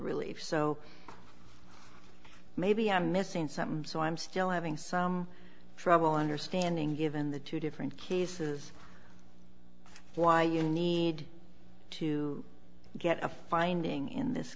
relief so maybe i'm missing some so i'm still having some trouble understanding given the two different cases why you need to get a finding in this